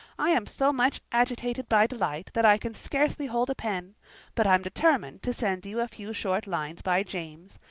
i am so much agitated by delight that i can scarcely hold a pen but am determined to send you a few short lines by james,